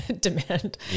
demand